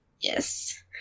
Yes